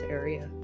area